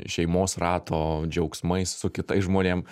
šeimos rato džiaugsmais su kitais žmonėm